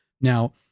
Now